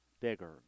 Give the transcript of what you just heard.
bigger